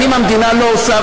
שנים המדינה לא עושה,